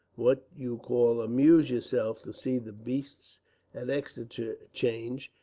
what you call amuse yourself, to see the beasts at exeter change,